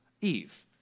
Eve